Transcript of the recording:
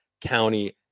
County